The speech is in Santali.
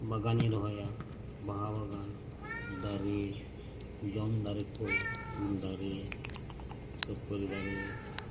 ᱵᱟᱜᱟᱱᱤᱧ ᱨᱚᱦᱚᱭᱟ ᱵᱟᱦᱟ ᱵᱟᱜᱟᱱ ᱫᱟᱨᱮ ᱡᱚᱢ ᱫᱟᱨᱮ ᱠᱚ ᱩᱞ ᱫᱟᱨᱮ ᱥᱩᱯᱟᱹᱨᱤ ᱫᱟᱨᱮ